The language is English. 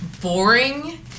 boring